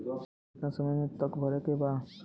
Loan के कितना समय तक मे भरे के बा?